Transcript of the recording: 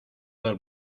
del